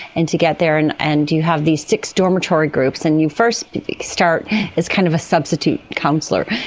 and to get there, and and you have these six dormitory groups, and you first start as kind of a substitute councillor.